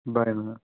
bye ma'am